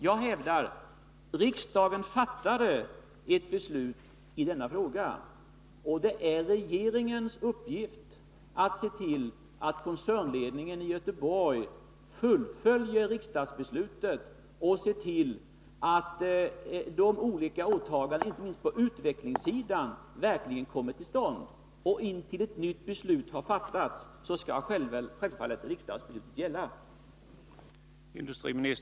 Jag hävdar att sedan riksdagen fattat ett beslut i denna fråga är det regeringens uppgift att se till att koncernledningen fullföljer riksdagsbeslutet. Intill dess att ett nytt beslut har fattats skall det riksdagsbeslutet självfallet gälla.